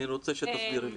אני רוצה שתסבירי לי.